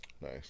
Nice